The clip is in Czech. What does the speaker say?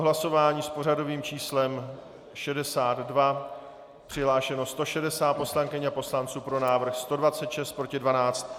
Hlasování s pořadovým číslem 62, přihlášeno je 160 poslankyň a poslanců, pro návrh 126, proti 12.